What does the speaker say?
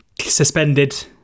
suspended